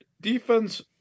defense